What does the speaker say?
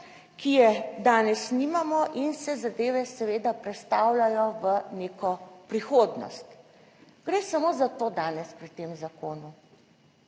ki je danes nimamo in se zadeve seveda prestavljajo v neko prihodnost. Gre samo za to, danes pri tem zakonu.